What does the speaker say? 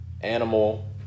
animal